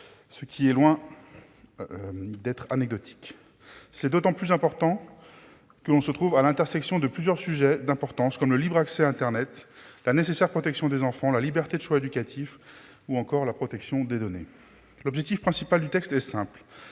ce qui est loin d'être anecdotique. Le texte se trouve à l'intersection de plusieurs sujets d'importance comme le libre accès à internet, la nécessaire protection des enfants, la liberté des choix éducatifs ou encore la protection des données. Son objectif principal est simple